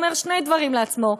הוא אומר שני דברים לעצמו.